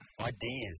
ideas